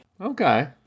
Okay